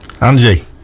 Angie